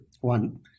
one